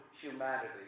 humanity